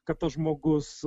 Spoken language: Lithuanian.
kad tas žmogus